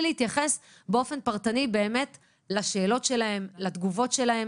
להתייחס באופן פרטני לשאלות ולתגובות שלהם.